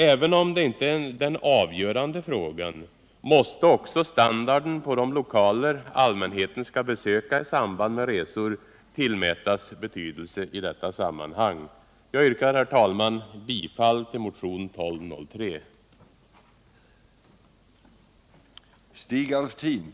Även om det inte är den avgörande frågan, så måste också standarden på de lokaler allmänheten skall använda i samband med resor tillmätas betydelse i detta sammanhang. Jag yrkar, herr talman, bifall till motionen 1203.